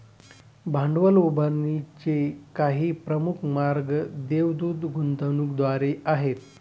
भांडवल उभारणीचे काही प्रमुख मार्ग देवदूत गुंतवणूकदारांद्वारे आहेत